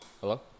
Hello